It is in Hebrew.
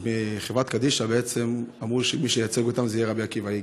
חברת קדישא אמרו שמי שייצג אותם זה רבי עקיבא איגר.